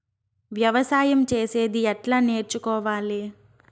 వ్యవసాయం చేసేది ఎట్లా నేర్చుకోవాలి?